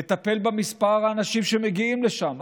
לטפל במספר האנשים שמגיעים לשם.